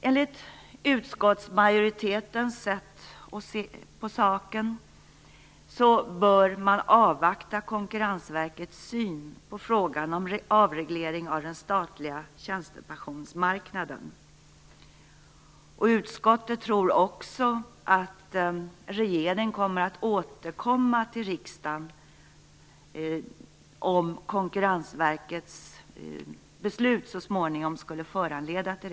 Enligt utskottsmajoritetens sätt att se på saken bör man avvakta Konkurrensverkets syn på frågan om en avreglering av den statliga tjänstepensionsmarknaden. Utskottet tror också att regeringen återkommer till riksdagen om Konkurrensverkets beslut så småningom skulle föranleda det.